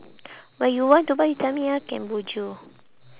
when you want to buy you tell me ah can bo jio